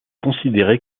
considéré